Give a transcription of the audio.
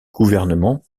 gouvernement